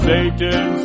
Satan